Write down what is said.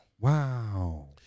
Wow